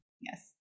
Yes